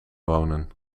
wonen